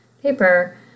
paper